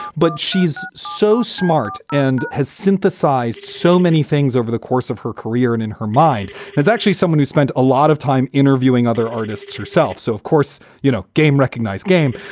but she's so smart and has synthesized so many things over the course of her career. and in her mind, there's actually someone who spent a lot of time interviewing other artists herself. so, of course, you know, game recognize game.